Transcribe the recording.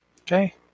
Okay